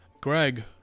Greg